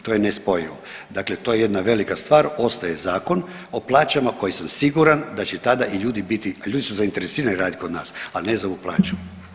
To je nespojivo, dakle to je jedna velika stvar, ostaje zakon o plaćama koji sam siguran da će tada i ljudi biti, ljudi su zainteresirani raditi kod nas, ali ne za ovu plaću.